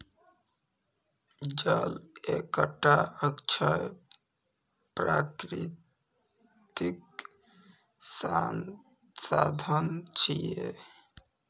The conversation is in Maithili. जल एकटा अक्षय प्राकृतिक संसाधन छियै